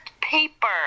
paper